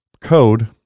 code